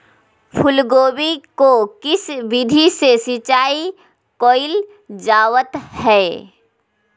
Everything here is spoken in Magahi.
फूलगोभी को किस विधि से सिंचाई कईल जावत हैं?